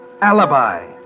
alibi